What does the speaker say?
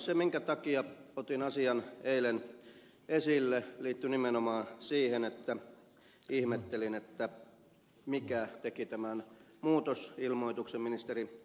se minkä takia otin asian eilen esille liittyy nimenomaan siihen että ihmettelin mikä teki tämän muutosilmoituksen ministeri